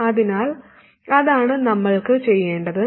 അതിനാൽ അതാണ് നമ്മൾക്ക് ചെയ്യേണ്ടത്